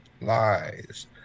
lies